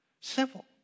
Simple